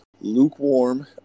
lukewarm